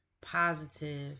positive